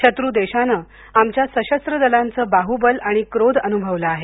शत्रू देशाने आमच्या सशस्त्र दलांचे बाहुबल आणि क्रोध अनुभवला आहे